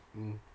mm